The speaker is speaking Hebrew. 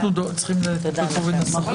תודה רבה.